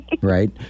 Right